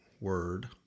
word